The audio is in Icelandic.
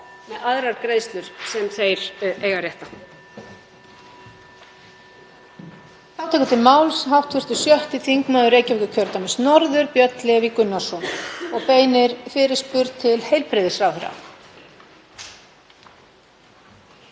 með aðrar greiðslur sem þeir eiga rétt